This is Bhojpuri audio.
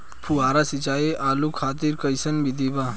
फुहारा सिंचाई आलू खातिर कइसन विधि बा?